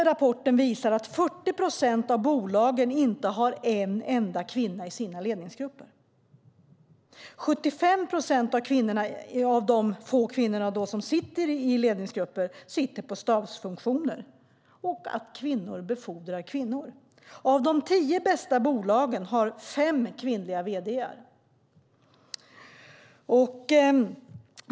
Rapporten visar att 40 procent av bolagen inte har en enda kvinna i sina ledningsgrupper och att 75 procent av de få kvinnor som sitter i ledningsgrupper sitter på stabsfunktioner. Kvinnor befordrar kvinnor, och av de tio bästa bolagen har fem kvinnliga vd:ar.